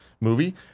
movie